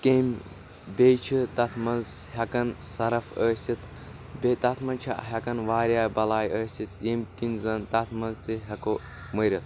کیٚمۍ بیٚیہِ چھ تَتھ منٛز ہٮ۪کان سرَپھ أسِتھ بیٚیہِ تَتھ منٛز چھ ہٮ۪کان واریاہ بلاے أسِتھ ییٚمہِ کِنۍ زن تَتھ منٛز تہِ ہٮ۪کو مٔرِتھ